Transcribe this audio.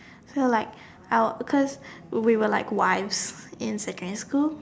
so like I will because we were like wise in secondary school